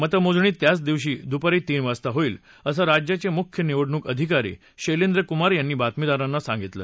मतमोजणी त्याच दिवशी दुपारी तीन वाजता होईल असं राज्याचम्ब्रिख्य निवडणूक अधिकारी शैलेंद्र कुमार यांनी बातमीदारांना सांगितलं